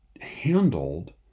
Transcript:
handled